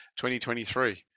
2023